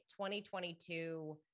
2022